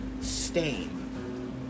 Stain